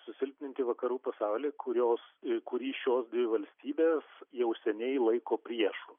susilpninti vakarų pasaulį kurios kurį šios dvi valstybės jau seniai laiko priešu